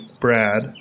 Brad